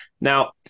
now